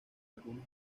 algunos